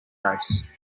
race